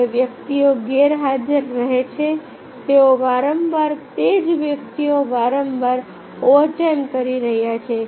જે વ્યક્તિઓ ગેરહાજર રહે છે તેઓ વારંવાર તે જ વ્યક્તિઓ વારંવાર ઓવરટાઇમ કરી રહ્યા છે